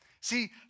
See